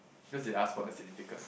because they asked for the significant